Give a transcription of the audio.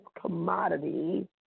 commodity